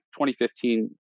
2015